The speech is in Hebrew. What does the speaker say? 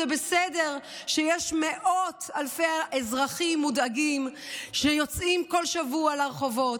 זה בסדר שיש מאות אלפי אזרחים מודאגים שיוצאים כל שבוע לרחובות,